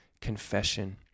confession